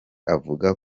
avuga